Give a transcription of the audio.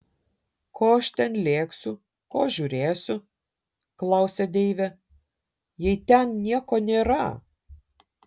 ko aš ten lėksiu ko žiūrėsiu klausia deivė jei ten nieko nėra